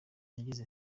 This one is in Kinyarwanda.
yagize